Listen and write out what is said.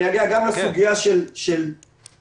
אגיע גם לסוגיה האופרטיבית.